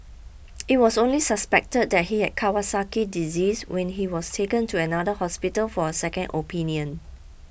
it was only suspected that he had Kawasaki disease when he was taken to another hospital for a second opinion